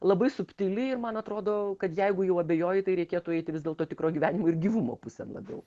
labai subtili ir man atrodo kad jeigu jau abejoji tai reikėtų eiti vis dėlto tikro gyvenimo ir gyvumo pusėn labiau